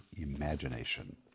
imagination